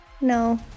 No